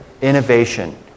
innovation